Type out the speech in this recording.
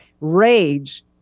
rage